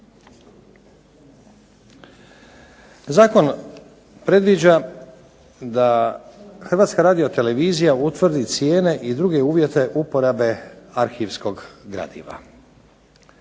Zakon predviđa da HRT utvrdi cijene i druge uvjete uporabe arhivskog gradiva.